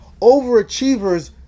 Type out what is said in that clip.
Overachievers